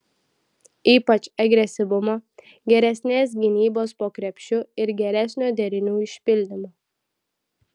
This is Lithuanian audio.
ypač agresyvumo geresnės gynybos po krepšiu ir geresnio derinių išpildymo